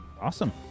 awesome